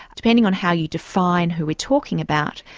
depending on how you define who we're talking about,